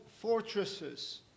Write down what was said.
fortresses